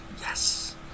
Yes